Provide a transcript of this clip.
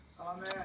Amen